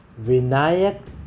Vinayak